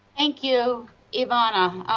thank you ivana,